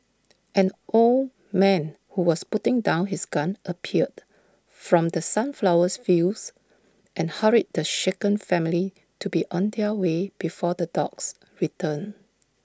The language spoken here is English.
an old man who was putting down his gun appeared from the sunflower fields and hurried the shaken family to be on their way before the dogs return